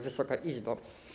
Wysoka Izbo!